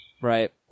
Right